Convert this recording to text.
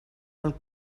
del